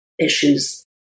issues